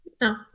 No